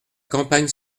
campagne